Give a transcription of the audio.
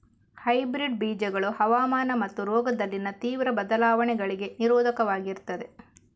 hybrid ಬೀಜಗಳು ಹವಾಮಾನ ಮತ್ತು ರೋಗದಲ್ಲಿನ ತೀವ್ರ ಬದಲಾವಣೆಗಳಿಗೆ ನಿರೋಧಕವಾಗಿರ್ತದೆ